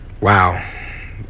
Wow